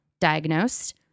diagnosed